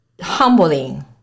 humbling